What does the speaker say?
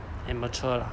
and mature lah